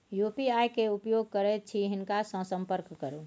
UPI केर उपयोग करैत छी हिनका सँ संपर्क करु